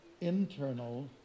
internal